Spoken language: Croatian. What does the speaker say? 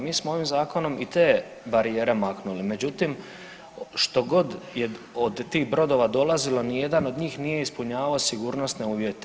Mi smo ovim zakonom i te barijere maknuli, međutim što god je od tih brodova dolazilo nijedan od njih nije ispunjavao sigurnosne uvjete.